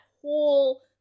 whole